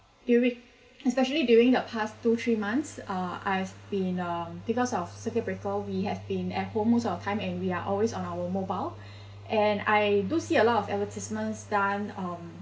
during especially during the past two three months uh I've been um because of circuit breaker we have been at home most of the time and we are always on our mobile and I do see a lot of advertisements done um